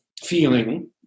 feeling